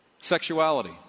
Sexuality